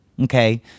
Okay